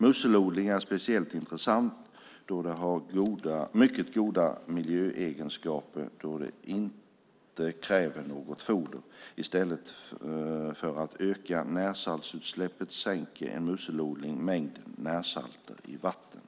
Musselodling är speciellt intressant då det har mycket goda miljöegenskaper då det inte kräver något foder; i stället för att öka närsaltsutsläpp sänker en musselodling mängden närsalter i vattnet.